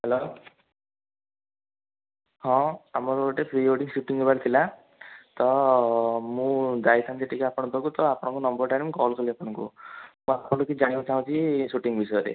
hello ହଁ ଆମର ଗୋଟେ ପ୍ରି ୱେଡ଼ିଙ୍ଗ୍ ସୁଟିଂ ହେବାର ଥିଲା ତ ମୁଁ ଯାଇଥାନ୍ତି ଟିକେ ଆପଣଙ୍କ ପାଖକୁ ତ ଆପଣଙ୍କ ନମ୍ବର୍ଟା ଆଣି ମୁଁ କଲ୍ କଲି ଆପଣଙ୍କୁ ମୁଁ ଠାରୁ କିଛି ଜାଣିବାକୁ ଚାଁହୁଛି ସୁଟିଂ ବିଷୟରେ